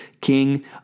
King